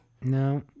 No